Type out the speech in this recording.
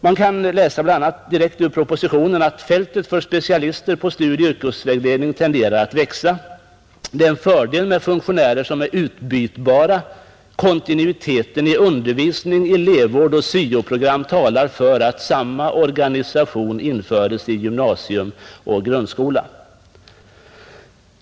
Man kan läsa direkt ur propositionen att ”fältet för specialister på studieoch yrkesvägledning tenderar att växa” och att det är en fördel med funktionärer som är utbytbara. Vidare säger departementschefen att kontinuiteten i undervisning, elevråd och syo-program talar för att samma organisation införes i gymnasium och grundskola.